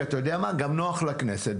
וגם נוח לכנסת,